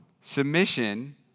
Submission